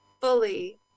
fully